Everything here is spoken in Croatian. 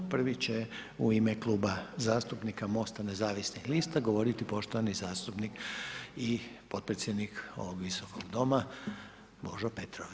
Prvi će u ime Kluba zastupnika MOST-a nezavisnih lista, govoriti poštovani zastupnik i potpredsjednik ovog visokog doma, Božo Petrov.